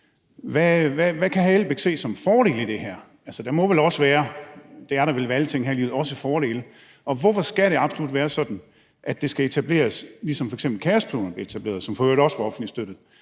Uffe Elbæk se som fordele i det her? Altså, der må vel også være fordele – det er der vel ved alting her i livet. Og hvorfor skal det absolut være sådan, at det skal etableres, ligesom f.eks. KaosPiloterne, som for øvrigt også var offentligt støttet,